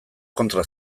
kontra